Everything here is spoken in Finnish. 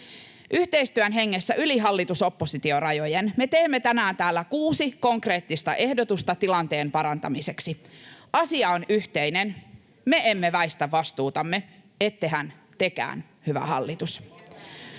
Yhteistyön hengessä yli hallitus—oppositio-rajojen me teemme tänään kuusi konkreettista ehdotusta tilanteen parantamiseksi. Asia on yhteinen. Me emme väistä vastuutamme — ettehän tekään, hyvä hallitus?